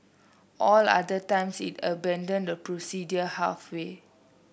all other times it abandoned the procedure halfway